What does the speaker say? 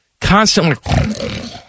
constantly